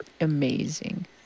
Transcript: amazing